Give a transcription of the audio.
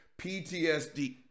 PTSD